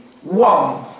one